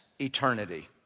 eternity